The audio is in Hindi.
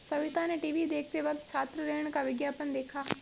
सविता ने टीवी देखते वक्त छात्र ऋण का विज्ञापन देखा